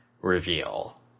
reveal